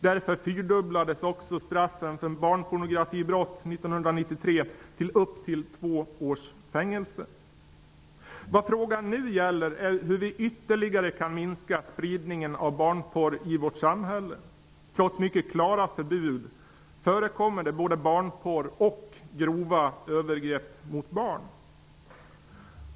Därför fyrdubblades också straffen för barnpornografibrott 1993 till upp till två års fängelse. Vad det nu gäller är hur vi ytterligare kan minska spridningen av barnporr i vårt samhälle. Trots mycket klara förbud förekommer det både barnporr och grova övergrepp mot barn.